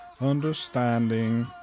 understanding